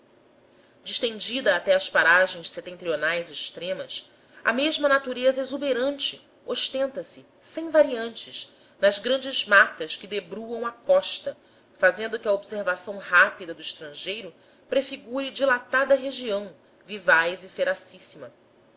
primeiro distendida até às paragens setentrionais extremas a mesma natureza exuberante ostenta se sem variantes nas grandes matas que debruam a costa fazendo que a observação rápida do estrangeiro prefigure dilatada região vivaz e